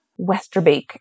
Westerbeek